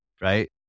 Right